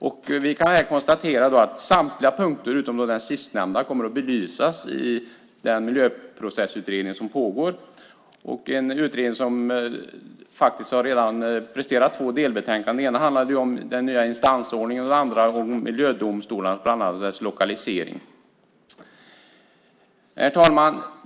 Jag kan konstatera att samtliga punkter, utom den sistnämnda, kommer att belysas i Miljöprocessutredningen som pågår. Det är en utredning som faktiskt redan har presterat två delbetänkanden. Det ena handlade om den nya instansordningen och den andra om miljödomstolarna, bland annat deras lokalisering. Herr talman!